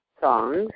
songs